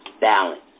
balance